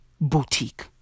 boutique